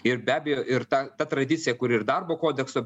ir be abejo ir ta ta tradicija kur ir darbo kodekso